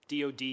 DOD